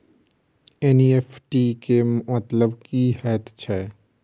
NEFT केँ मतलब की हएत छै?